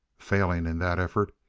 failing in that effort,